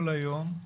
כל היום,